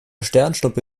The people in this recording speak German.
sternschnuppe